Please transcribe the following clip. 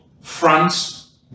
France